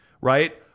right